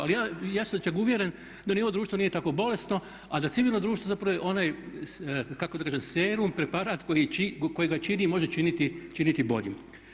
Ali ja sam čak uvjeren da ni ovo društvo nije tako bolesno a da civilno društvo zapravo je onaj kako da kažem serum, preparat koji ga čini i može činiti boljim.